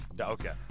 Okay